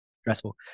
stressful